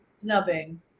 snubbing